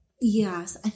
yes